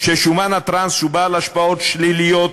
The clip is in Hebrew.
ששומן הטראנס הוא בעל השפעות שליליות